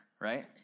right